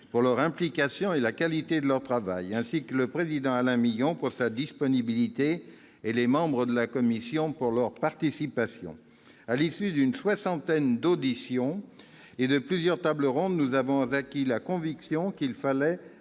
de leur implication et de la qualité de leur travail, ainsi que le président Alain Milon de sa disponibilité et les membres de la commission de leur participation. À l'issue d'une soixantaine d'auditions et de plusieurs tables rondes, nous avons acquis la conviction qu'il fallait